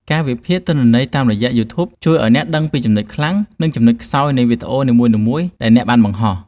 ការវិភាគទិន្នន័យតាមរយៈ យូធូប ជួយឱ្យអ្នកដឹងពីចំណុចខ្លាំង និងចំណុចខ្សោយនៃវីដេអូនីមួយៗដែលអ្នកបានបង្ហោះ។